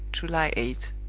july eight.